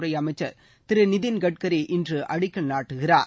துறை அமைச்சர் திரு நிதின் கட்கரி இன்று அடிக்கல் நாட்டுகிறார்